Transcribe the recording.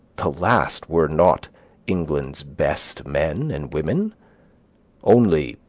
the last were not england's best men and women only,